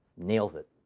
nails it.